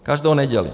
Každou neděli.